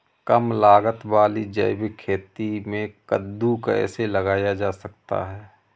कम लागत वाली जैविक खेती में कद्दू कैसे लगाया जा सकता है?